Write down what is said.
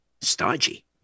Stodgy